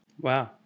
Wow